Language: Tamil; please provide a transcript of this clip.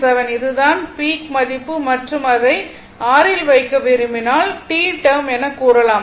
07 இது தான் பீக் மதிப்பு மற்றும் அதை r இல் வைக்க விரும்பினால் t டேர்ம் என கூறலாம்